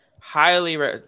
highly